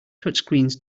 touchscreens